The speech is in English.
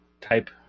type